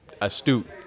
astute